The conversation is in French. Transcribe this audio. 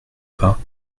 pas